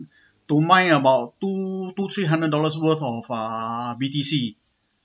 to to mine about two two three hundred dollars worth of uh B_T_C